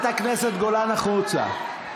חברת הכנסת גולן, החוצה.